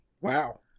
Wow